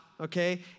okay